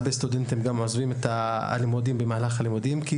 הרבה סטודנטים גם עוזבים את הלימודים כי השפה